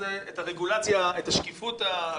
אסור להזכיר את השם הזה כאן.